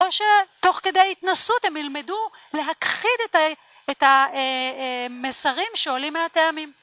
או שתוך כדי התנסות הם ילמדו להכחיד את ה... את המסרים שעולים מהטעמים